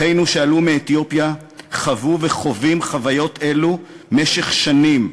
אחינו שעלו מאתיופיה חוו וחווים חוויות אלו משך שנים,